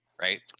right